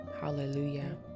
hallelujah